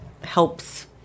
helps